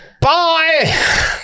bye